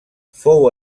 fou